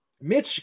Mitch